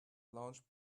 large